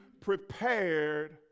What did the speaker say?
prepared